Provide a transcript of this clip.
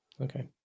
okay